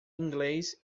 inglês